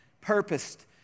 purposed